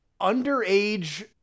underage